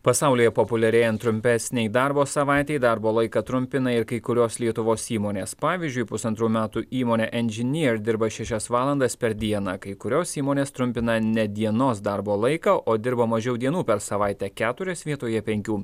pasaulyje populiarėjant trumpesnei darbo savaitei darbo laiką trumpina ir kai kurios lietuvos įmonės pavyzdžiui pusantrų metų įmonė engineer dirba šešias valandas per dieną kai kurios įmonės trumpina ne dienos darbo laiką o dirba mažiau dienų per savaitę keturios vietoje penkių